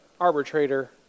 arbitrator